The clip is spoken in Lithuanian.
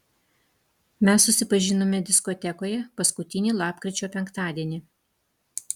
mes susipažinome diskotekoje paskutinį lapkričio penktadienį